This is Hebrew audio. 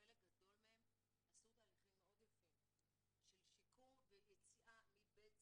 חלק גדול מהם עשו תהליכים מאוד יפים של שיקום ויציאה מ'בית זיו'